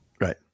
Right